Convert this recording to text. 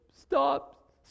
stop